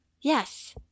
Yes